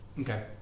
Okay